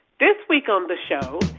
this week on the show,